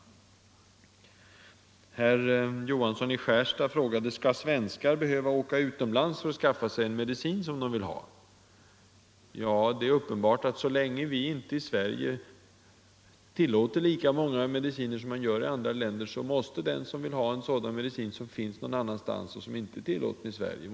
Herr Johansson i Skärstad frågade: Skall svenskar behöva åka utomlands för att skaffa sig en medicin som de vill ha? Ja, det är uppenbart att så länge vi inte här i Sverige tillåter så många mediciner som man tillåter i andra länder, så måste den åka utomlands som vill ha en sådan medicin som finns någon annanstans, och som inte är tillåten i Sverige.